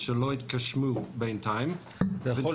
שלא התגשמו בינתיים -- אתה יכול,